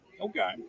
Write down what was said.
Okay